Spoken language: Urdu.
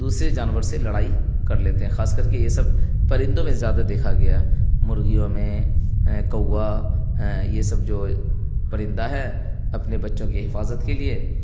دوسرے جانور سے لڑائی کر لیتے ہیں خاص کر کے یہ سب پرندوں میں زیادہ دیکھا گیا ہے مرغیوں میں کوا یہ سب جو پرندہ ہے اپنے بچوں کی حفاظت کے لیے